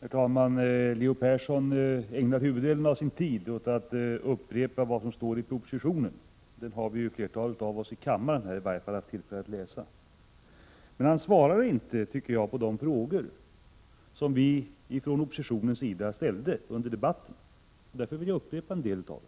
Fru talman! Leo Persson ägnade huvuddelen av sin taletid åt att upprepa vad som står i propositionen. Den har ju i varje fall flertalet av oss här i kammaren haft tillfälle att läsa. Men Leo Persson svarade inte, tycker jag, på de frågor som vi från oppositionens sida ställde under debatten. Därför vill jag upprepa en del av dem.